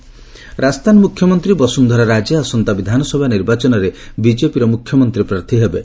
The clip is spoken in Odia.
ରାଜସ୍ଥାନ ସିଏମ ରାଜସ୍ଥାନ ମୁଖ୍ୟମନ୍ତ୍ରୀ ବସୁନ୍ଧରା ରାଜେ ଆସନ୍ତା ବିଧାନସଭା ନିର୍ବାଚନରେ ବିଜେପିର ମୁଖ୍ୟମନ୍ତ୍ରୀ ପ୍ରାର୍ଥୀ ହେବେ